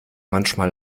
manchmal